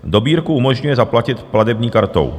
Dobírku umožňuje zaplatit platební kartou.